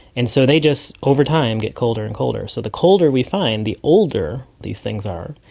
and so they just over time get colder and colder. so the colder we find, the older these things are,